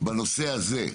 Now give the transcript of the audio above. בנושא הזה,